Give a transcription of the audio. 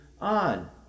on